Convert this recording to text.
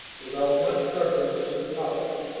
without much reference to the topic,